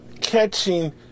catching